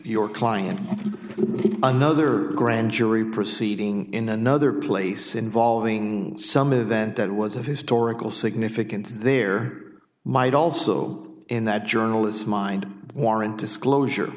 your client another grand jury proceeding in another place involving some event that was of historical significance there might also in that journalist's mind warrant disclosure